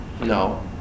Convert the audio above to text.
No